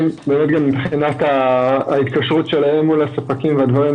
מבחינת ההתקשרות שלהם מול ספקים והדברים,